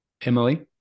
Emily